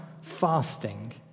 Fasting